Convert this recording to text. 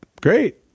Great